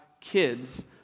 kids